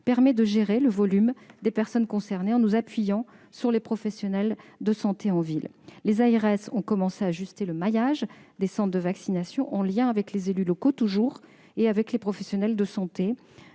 permet de gérer le volume des personnes concernées, en nous appuyant sur les professionnels de santé en ville. Les ARS ont commencé à ajuster le maillage des centres de vaccination, toujours en lien avec les élus locaux et les professionnels de santé-